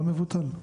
לא מבוטל.